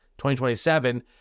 2027